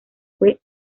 fue